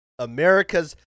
America's